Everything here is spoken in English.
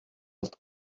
old